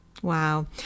Wow